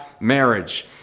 marriage